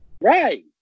Right